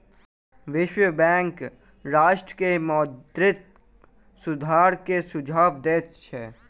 विश्व बैंक राष्ट्र के मौद्रिक सुधार के सुझाव दैत छै